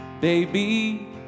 Baby